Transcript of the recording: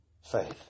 faith